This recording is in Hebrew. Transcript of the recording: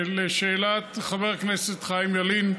לשאלת חבר הכנסת חיים ילין,